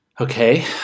Okay